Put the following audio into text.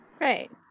Right